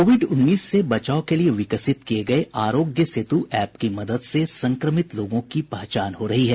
Covid उन्नीस से बचाव के लिए विकसित किये गये आरोग्य सेतु एप की मदद से संक्रमित लोगों की पहचान हो रही है